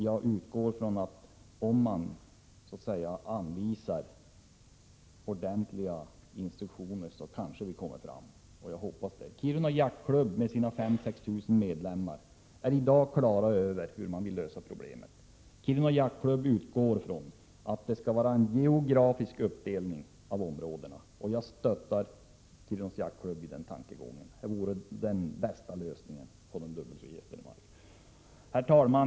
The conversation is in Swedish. Jag utgår från att vi, om ordentliga instruktioner ges, kommer att nå det målet; jag hoppas det. Kiruna jaktklubb med sina 5 000-6 000 medlemmar är i dag på det klara med hur man vill lösa problemet. Klubben utgår från att det skall vara en geografisk uppdelning av områden. Jag stöttar Kiruna jaktklubb i den tankegången. Detta vore den bästa lösningen på dubbelregistreringsproblemet. Herr talman!